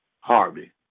Harvey